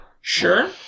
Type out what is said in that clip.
Sure